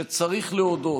שצריך להודות,